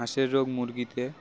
হাঁসের রোগ মুরগিতে